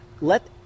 Let